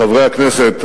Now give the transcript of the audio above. חברי הכנסת,